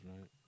right